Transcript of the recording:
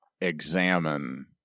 examine